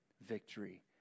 victory